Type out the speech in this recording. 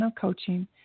Coaching